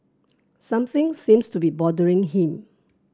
something seems to be bothering him